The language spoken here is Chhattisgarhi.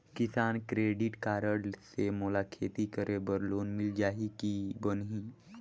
किसान क्रेडिट कारड से मोला खेती करे बर लोन मिल जाहि की बनही??